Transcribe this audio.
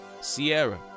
Sierra